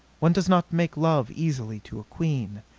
one does not make love easily to a queen,